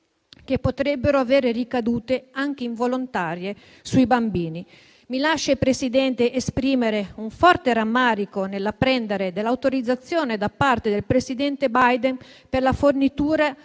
che potrebbero avere ricadute anche involontarie sui bambini. Mi lasci, signor Presidente, esprimere un forte rammarico nell'apprendere dell'autorizzazione da parte del presidente Biden per la fornitura